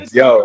yo